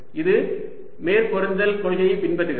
இது மேற்பொருந்தல் கொள்கையைப் பின்பற்றுகிறது